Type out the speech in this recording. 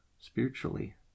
spiritually